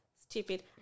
stupid